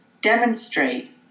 demonstrate